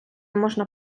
можна